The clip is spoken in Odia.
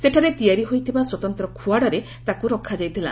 ସେଠାରେ ତିଆରି ହୋଇଥିବା ସ୍ୱତନ୍ତ ଖୁଆଡ଼ରେ ତାକୁ ରଖାଯାଇଥିଲା